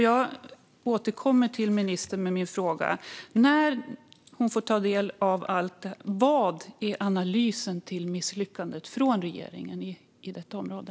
Jag återkommer till ministern med min fråga: När hon fått ta del av allt, vad blir regeringens analys av misslyckandet på detta område?